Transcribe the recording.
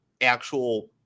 actual